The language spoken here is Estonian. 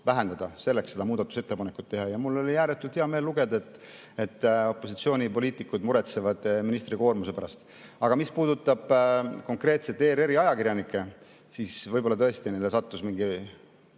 tuleks see muudatusettepanek teha. Mul on ääretult hea meel lugeda, et opositsioonipoliitikud muretsevad ministri koormuse pärast. Aga mis puudutab konkreetselt ERR-i ajakirjanikke, siis võib-olla tõesti nendele sattus mingi